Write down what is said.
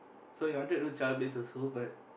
so we wanted to do child based also but